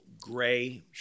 gray